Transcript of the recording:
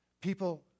People